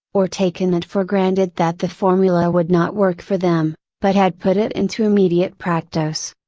or taken it for granted that the formula would not work for them, but had put it into immediate practice.